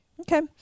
Okay